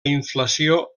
inflació